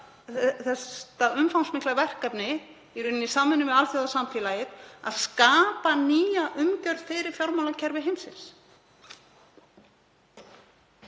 þetta umfangsmikla verkefni í rauninni í samvinnu við alþjóðasamfélagið að skapa nýja umgjörð fyrir fjármálakerfi heimsins.